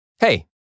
Hey